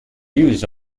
use